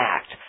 Act